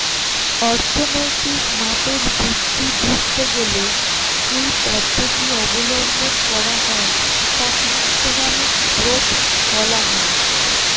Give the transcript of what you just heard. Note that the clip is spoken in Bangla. অর্থনৈতিক মাপের বৃদ্ধি বুঝতে গেলে যেই পদ্ধতি অবলম্বন করা হয় তাকে ইকোনমিক গ্রোথ বলা হয়